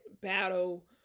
battle